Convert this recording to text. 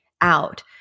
out